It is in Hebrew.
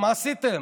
מה עשיתם,